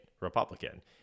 republican